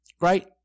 right